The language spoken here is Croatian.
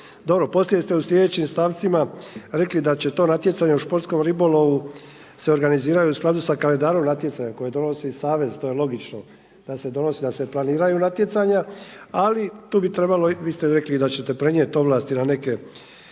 Dobro poslije ste u slijedećim stavcima rekli da će to natjecanje u športskom ribolovu se organiziraju u skladu sa kalendarom natjecanja koje donosi savez, to je logično, kad se donosi da se planiraju natjecanja, ali tu bi trebalo, vi ste rekli i da ćete prenijet ovlasti na neke